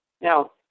Now